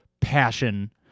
passion